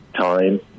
time